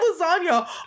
lasagna